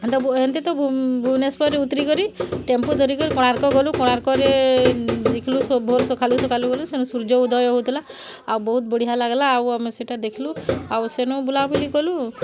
ହେନ୍ତା ହେନ୍ତି ତ ଭୁବନେଶ୍ଵର୍ରେ ଉତ୍ରିକରି ଟେମ୍ପୁ ଧରିକରି କୋଣାର୍କ ଗଲୁ କୋଣାର୍କରେ ଦିଖ୍ଲୁ ସବୁ ଭୋର୍ ସକାଲୁ ସକାଲୁ ବୋଲି ସେନ ସୂର୍ଯ୍ୟ ଉଦୟ ହଉଥିଲା ଆଉ ବହୁତ୍ ବଢ଼ିଆ ଲାଗ୍ଲା ଆଉ ଆମେ ସେଇଟା ଦେଖ୍ଲୁ ଆଉ ସେନ୍ ବୁଲାବୁଲି କଲୁ